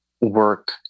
work